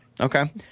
Okay